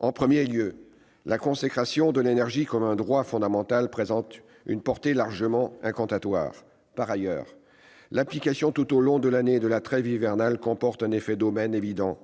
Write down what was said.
En premier lieu, la consécration de l'énergie comme un droit fondamental présente un caractère largement incantatoire. Ensuite, l'application tout au long de l'année de la trêve hivernale comporte un effet d'aubaine évident